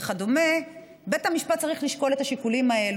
וכדומה בית המשפט צריך לשקול את השיקולים האלה